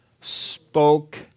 spoke